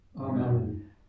Amen